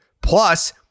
Plus